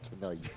tonight